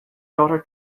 daughter